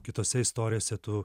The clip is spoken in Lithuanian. kitose istorijose tu